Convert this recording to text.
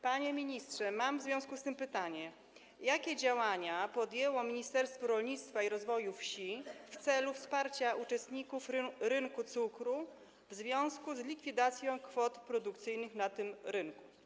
Panie ministrze, mam w związku z tym pytanie: Jakie działania podjęło Ministerstwo Rolnictwa i Rozwoju Wsi w celu wsparcia uczestników rynku cukru w związku z likwidacją kwot produkcyjnych na tym rynku?